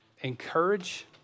encourage